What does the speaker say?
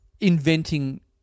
Inventing